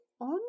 on